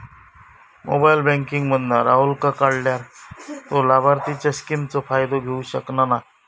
mobile banking मधना राहूलका काढल्यार तो लाभार्थींच्या स्किमचो फायदो घेऊ शकना नाय